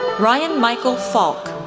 ryan michael falk,